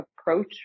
approach